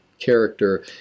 character